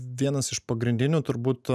vienas iš pagrindinių turbūt